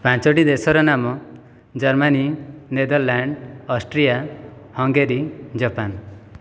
ପାଞ୍ଚୋଟି ଦେଶର ନାମ Germany Netherland Austria Hungary Japan